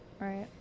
right